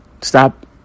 stop